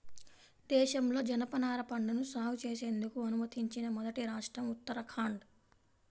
దేశంలో జనపనార పంటను సాగు చేసేందుకు అనుమతించిన మొదటి రాష్ట్రం ఉత్తరాఖండ్